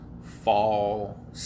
fall